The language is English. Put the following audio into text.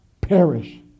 perish